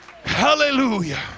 hallelujah